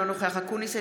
אינו נוכח אופיר אקוניס,